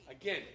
again